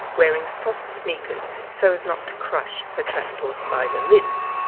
wearing soft sneakers so as not to crush her trapdoor spider lids.